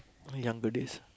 younger days